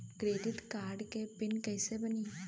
Credit card के pin कैसे बनी?